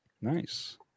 nice